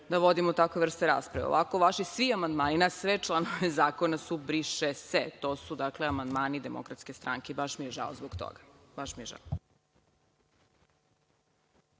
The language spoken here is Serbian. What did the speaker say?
da vodimo takvu vrstu rasprave. Ovako, vaši svi amandmani, na sve članove zakona su briše se. To su, dakle, amandmani DS. Baš mi je žao zbog toga. **Đorđe